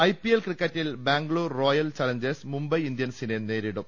I P L ക്രിക്കറ്റിൽ Bangalore royal challengers Mumbai ഇന്ത്യൻസിനെ നേരിടും